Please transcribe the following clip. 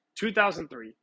2003